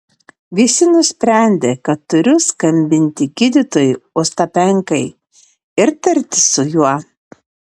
visi nusprendė kad turiu skambinti gydytojui ostapenkai ir tartis su juo